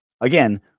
Again